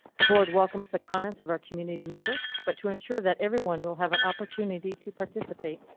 the board welcomes the comments of our community members, but to ensure that everyone will have an opportunity to participate,